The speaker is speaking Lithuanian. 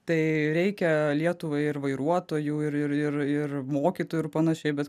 tai reikia lietuvai ir vairuotojų ir ir ir mokytojų ir panašiai bet